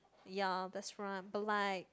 ya that's right but like